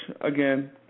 again